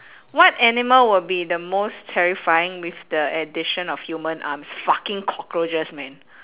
what animal would be the most terrifying with the addition of human arms fucking cockroaches man